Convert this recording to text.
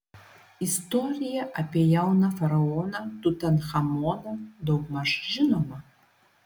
istorija apie jauną faraoną tutanchamoną daugmaž žinoma